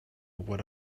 what